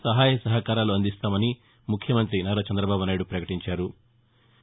సహాయ సహకారాలు అందిస్తామని ముఖ్యమంత్రి నారా చందబాబు నాయుడు పకటించారు